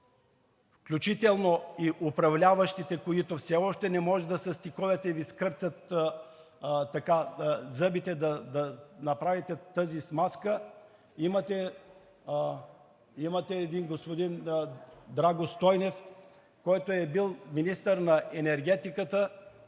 включително и управляващите, които все още не могат да се стиковат или скърцат със зъбите, да направят тази смазка. Имате един господин Драго Стойнев, който е бил министър на енергетиката,